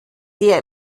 der